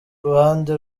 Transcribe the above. ruhande